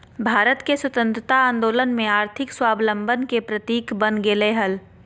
भारत के स्वतंत्रता आंदोलन में आर्थिक स्वाबलंबन के प्रतीक बन गेलय हल